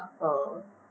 uh